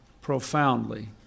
profoundly